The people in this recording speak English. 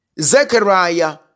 Zechariah